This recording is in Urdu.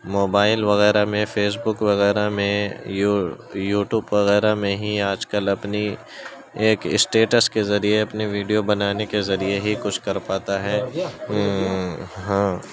موبائل وغیرہ میں فیس بک وغیرہ میں یو یوٹیوب وغیرہ میں ہی آج کل اپنی ایک اسٹیٹس کے ذریعے اپنی ویڈیو بنانے کے ذریعے ہی کچھ کر پاتا ہے ہاں